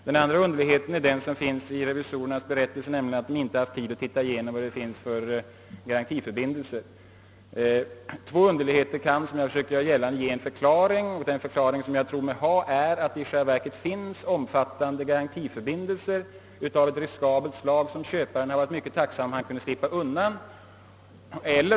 Den andra underligheten återfinns i revisorernas berättelse och består däri att de inte har haft tid att undersöka vad det finns för garantiförbindelser. Två underligheter kan, som jag försökte göra gällande, ge en förklaring, och den förklaring jag tror mig ha är att det i själva verket finns omfattande garantiförbindelser av riskabelt slag som köparen varit mycket tacksam att slippa undan.